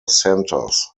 centers